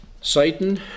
Satan